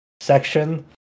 section